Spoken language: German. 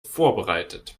vorbereitet